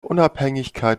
unabhängigkeit